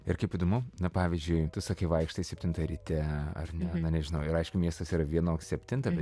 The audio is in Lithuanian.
ir kaip įdomu na pavyzdžiui tu sakai vaikštai septintą ryte ar ne na nežinau ir aišku miestas yra vienoks septintą bet